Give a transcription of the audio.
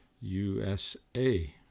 USA